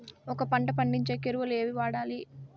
ఒక పంట పండించేకి ఎరువులు ఏవి వాడాలి?